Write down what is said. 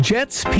Jet's